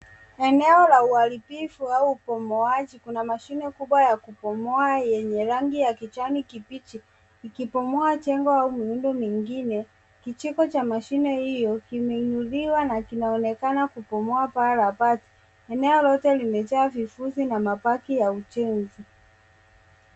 Eneo la uharibifu au ubomoaji. Kuna mashine kubwa ya kubomoa yenye rangi ya kijani kibichi, ikibomoa jengo au miundo mingine. Kijiko cha mashine hiyo, kimeinuliwa na kinaonekana kubomoa paa la bati. Eneo lote limejaa vifusi na mabaki ya ujenzi.